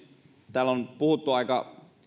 täällä on puhuttu aika